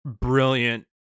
brilliant